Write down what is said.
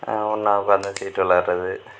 ஒன்றா உட்காந்து சீட்டு விளையாடுறது